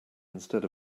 instead